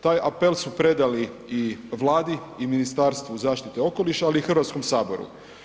Taj apel su predali i Vladi i Ministarstvu zaštite okoliša, ali i Hrvatskom saboru.